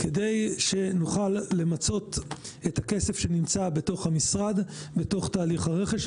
כדי שנוכל למצות את הכסף שנמצא בתוך המשרד בתוך תהליך הרכש,